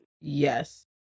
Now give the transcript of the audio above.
Yes